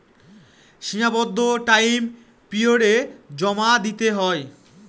সীমাবদ্ধ টাইম পিরিয়ডে জমা দিতে হয়